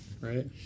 right